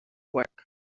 work